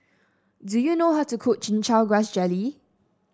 do you know how to cook Chin Chow Grass Jelly